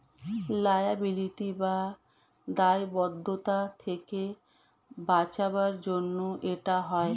liability বা দায়বদ্ধতা থেকে বাঁচাবার জন্য এটা হয়